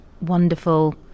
wonderful